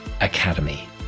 Academy